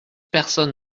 personne